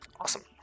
Awesome